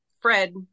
Fred